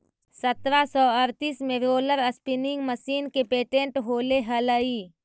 सत्रह सौ अड़तीस में रोलर स्पीनिंग मशीन के पेटेंट होले हलई